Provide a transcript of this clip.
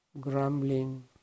grumbling